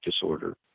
disorder